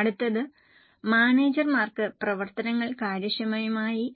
അടുത്തത് മാനേജർമാർക്ക് പ്രവർത്തനങ്ങൾ കാര്യക്ഷമമായി